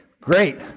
great